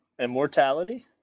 immortality